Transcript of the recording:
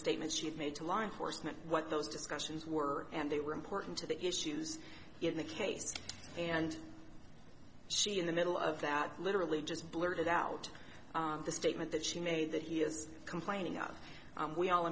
statements she had made to law enforcement what those discussions were and they were important to the issues in the case and she in the middle of that literally just blurted out the statement that she made that he is complaining out we all